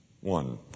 one